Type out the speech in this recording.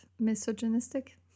misogynistic